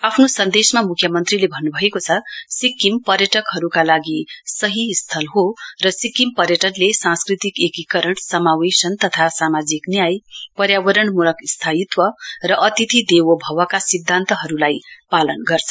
आफ्नो सन्देशमा मुख्यमन्त्रीले भन्नुभएको छ सिक्किम पर्यटकहरूका लागि सही स्थल हो र सिक्किम पर्यटले सांस्कृतिक एकीकरण समावेशन तथा सामाजिक न्याय पर्यावरणमूलक स्थायीत्व र अतिथि देवो भवका सिध्यान्तहरूलाई पालन गर्छ